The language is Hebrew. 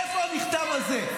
איפה המכתב הזה?